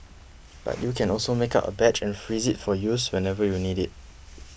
but you can also make up a batch and freeze it for use whenever you need it